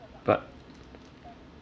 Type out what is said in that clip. but